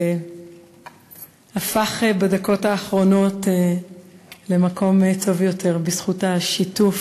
הפך בדקות האחרונות למקום טוב יותר בזכות השיתוף